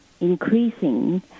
increasing